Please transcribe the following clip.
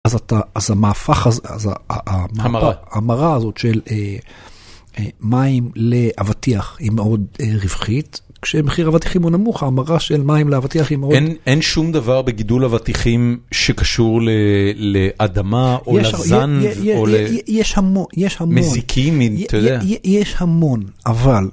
אז המהפך, ההמרה הזאת של מים לאבטיח היא מאוד רווחית. כשמחיר האבטיחים הוא נמוך, ההמרה של מים להוותיח היא מאוד רווחית. אין שום דבר בגידול אבטיחים שקשור לאדמה או לזן או למיזיקים, אתה יודע. יש המון, אבל...